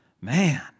Man